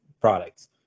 products